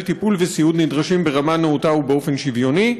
טיפול וסיעוד נדרשים ברמה נאותה ובאופן שוויוני,